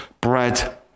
bread